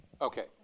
Okay